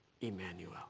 Emmanuel